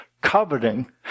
coveting